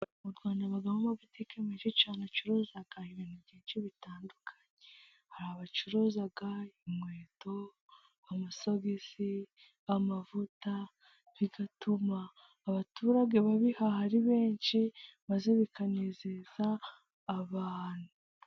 Mu Rwanda habamo amabutike menshi cyane, acuruza ibintu byinshi bitandukanye hari abacuruza inkweto, amasogisi, amavuta, bituma abaturage babihaha ari benshi, maze bikanezeza abantu.